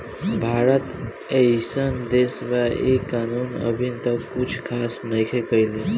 भारत एइसन देश बा इ कानून अभी तक कुछ खास नईखे कईले